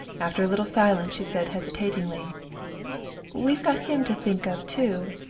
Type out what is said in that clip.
after a little silence she said hesitatingly we've got him to think of too.